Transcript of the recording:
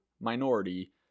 minority